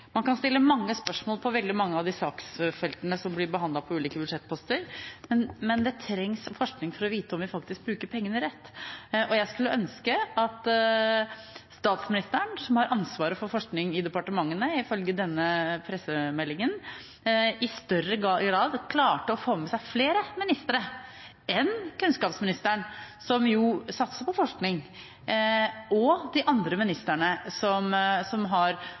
Man kan stille mange spørsmål på veldig mange av de saksfeltene som blir behandlet på de ulike budsjettpostene, men det trengs forskning for å vite om vi faktisk bruker pengene rett. Jeg skulle ønske at statsministeren, som har ansvaret for forskning i departementene, ifølge denne pressemeldingen, i større grad klarte å få med seg flere ministere enn kunnskapsministeren, som jo satser på forskning, og de andre ministerne som har fått noe, særlig næringsministeren, som